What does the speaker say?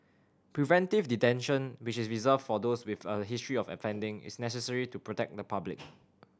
preventive detention which is reserved for those with a history of offending is necessary to protect the public